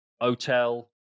Hotel